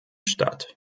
statt